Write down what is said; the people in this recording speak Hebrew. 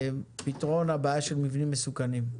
לפתרון הבעיה של מבנים מסוכנים.